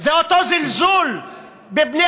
זה אותו זלזול בבני